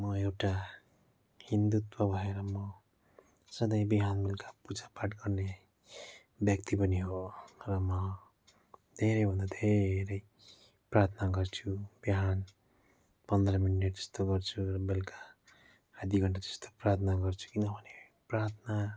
म एउटा हिन्दुत्व भएर म सधैँ बिहान बेलुका पूजा पाठ गर्ने ब्यक्ति पनि हो र म धेरै भन्दा धेरै प्रार्थना गर्छु बिहान पन्ध्र मिनेट जस्तो गर्छु र बेलुका आधा घन्टा जस्तो प्रार्थना गर्छु किनभने प्रार्थना